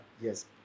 yes